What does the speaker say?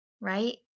right